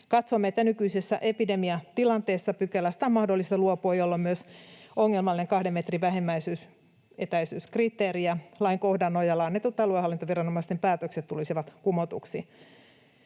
Katsomme, että nykyisessä epidemiatilanteessa pykälästä on mahdollista luopua, jolloin myös ongelmallinen kahden metrin vähimmäisetäisyyskriteeri ja lainkohdan nojalla annetut aluehallintoviranomaisten päätökset tulisivat kumotuiksi.